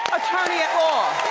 attorney at law.